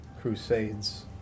crusades